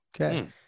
okay